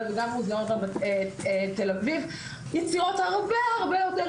וגם במוזיאון תל אביב יצירות הרבה הרבה יותר